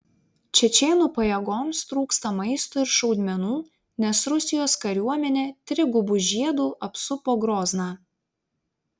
čečėnų pajėgoms trūksta maisto ir šaudmenų nes rusijos kariuomenė trigubu žiedu apsupo grozną